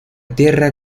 tierra